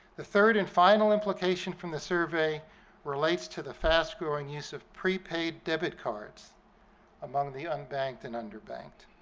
the third and final implication from the survey relates to the fast-growing use of prepaid debit cards among the unbanked and underbanked.